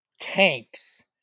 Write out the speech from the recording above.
tanks